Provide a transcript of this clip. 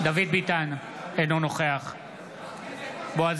ביטן, אינו נוכח בועז